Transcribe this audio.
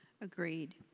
Agreed